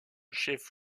chef